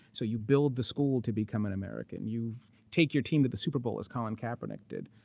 so you build the school to become an american. you've take your team to the super bowl as colin kaepernick did.